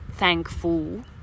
thankful